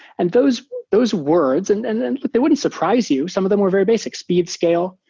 and those those words and and and but they wouldn't surprise you. some of them were very basic speed scale,